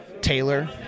Taylor